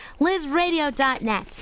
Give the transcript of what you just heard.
LizRadio.net